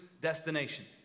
destination